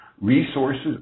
resources